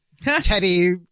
Teddy